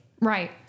Right